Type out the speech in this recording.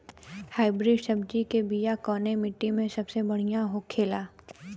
Hybrid सब्जी के बिया कवने मिट्टी में सबसे बढ़ियां होखे ला?